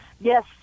Yes